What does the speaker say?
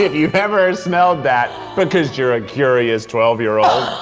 you've ever smelled that because you're a curious twelve year old,